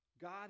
God